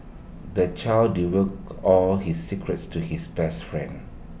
the child divulged all his secrets to his best friend